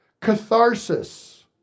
catharsis